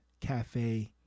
cafe